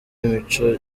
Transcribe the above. imico